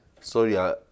sorry